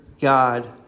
God